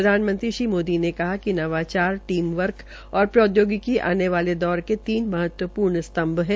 प्रधानमंत्री श्री मोदी ने कहा कि नवाचार टीम वर्क और प्रौद्योगिकी आने वाले दौर के तीन महत्वपूर्ण स्तम्भ है